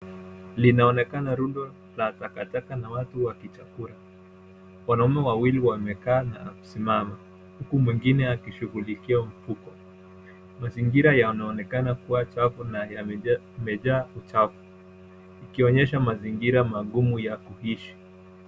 Linaonekana rundo la takataka na watu wakicharuka. Wanaume wawili wamekaa na kusimama huku mwingine akishughulikia mfuko. Mazingira yanaonekana kuwa chafu na yamejaa uchafu ikionyesha mazingira magumu ya kuishi.